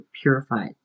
purified